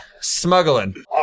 smuggling